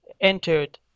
entered